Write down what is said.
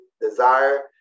Desire